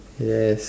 yes